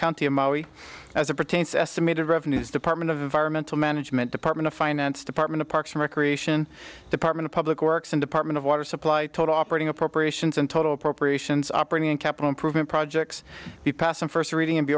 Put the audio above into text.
maui as it pertains estimated revenues department of environmental management department of finance department of parks and recreation department of public works and department of water supply total operating appropriations and total appropriations operating capital improvement projects be passed on first reading and be